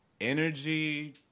energy